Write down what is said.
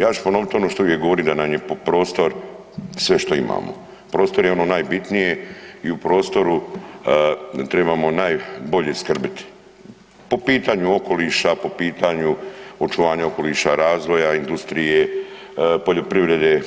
Ja ću ponovit ono što uvijek govorim da nam je prostor sve što imamo, prostor je ono najbitnije i u prostoru trebamo najbolje skrbiti, po pitanju okoliša, po pitanju očuvanja okoliša, razvoja, industrije, poljoprivrede,